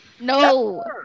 No